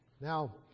Now